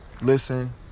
listen